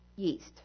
yeast